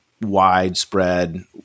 widespread